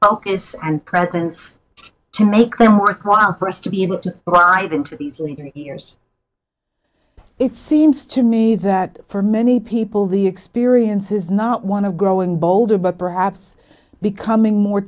yes and presence to make them worthwhile for us to be able to ride into these early years it seems to me that for many people the experience is not want to growing bolder but perhaps becoming more